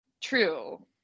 true